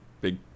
big